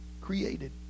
created